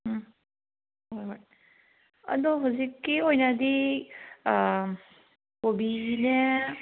ꯎꯝ ꯍꯣꯏ ꯍꯣꯏ ꯑꯗꯣ ꯍꯧꯖꯤꯛꯀꯤ ꯑꯣꯏꯅꯗꯤ ꯀꯣꯕꯤꯅꯦ